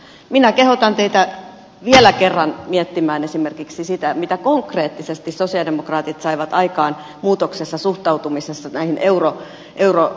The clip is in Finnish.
minä kehotan teitä vielä kerran miettimään esimerkiksi sitä mitä muutosta konkreettisesti sosialidemokraatit saivat aikaan suhtautumisessa näihin eurovelkamaiden tukijärjestelyihin